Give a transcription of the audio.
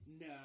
No